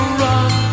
run